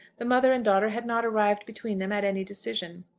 the mother and daughter had not arrived between them at any decision.